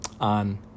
on